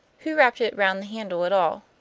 who wrapped it round the handle at all?